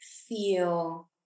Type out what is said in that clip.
feel